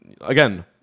again